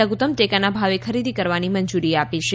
લધુત્તમ ટેકાના ભાવે ખરીદી કરવાની મંજૂરી આપી છે